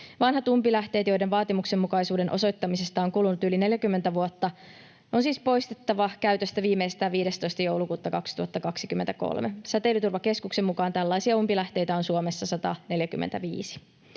Vanhat umpilähteet, joiden vaatimustenmukaisuuden osoittamisesta on kulunut yli 40 vuotta, on siis poistettava käytöstä viimeistään 15. joulukuuta 2023. Säteilyturvakeskuksen mukaan tällaisia umpilähteitä on Suomessa 145.